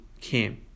came